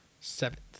Seventh